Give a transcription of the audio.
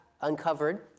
uncovered